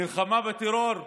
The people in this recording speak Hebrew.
מלחמה בטרור?